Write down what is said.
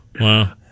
Wow